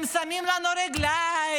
הם שמים לנו רגליים,